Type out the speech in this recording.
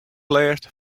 lêst